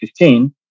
2015